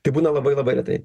tai būna labai labai retai